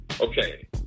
Okay